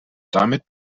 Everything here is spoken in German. damit